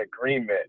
agreement